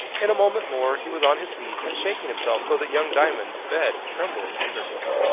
in a moment more he was on his feet, and shaking himself so that young diamond's bed trembled under him.